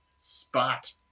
spot